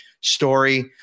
story